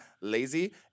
lazy